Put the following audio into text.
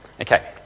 Okay